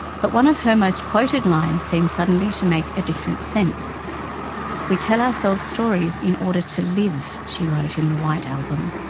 but one of her most quoted lines seems suddenly to make a different sense we tell ourselves stories in order to live, she wrote in the white album,